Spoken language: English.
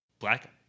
Black